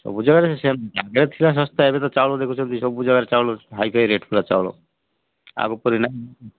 ସବୁ ଜାଗାରେ ସେ ଆଗରେ ଥିଲା ଶସ୍ତା ଏବେ ତ ଚାଉଳ ଦେଖୁଛନ୍ତି ସବୁ ଜାଗାରେ ଚାଉଳ ହାଇଫାଇ ରେଟ୍ ଫୁଲା ଚାଉଳ ଆଗ ପରି ନାହିଁ